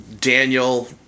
Daniel